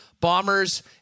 Bombers